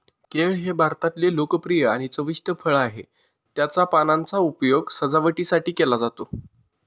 केळ हे भारतातले लोकप्रिय आणि चविष्ट फळ आहे, त्याच्या पानांचा उपयोग सजावटीसाठी केला जातो